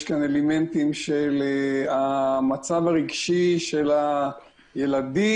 יש כאן אלמנטים של המצב הרגשי של הילדים.